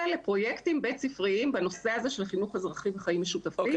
לפרויקטים בית-ספריים בנושא הזה של חינוך אזרחי וחיים משותפים.